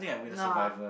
no lah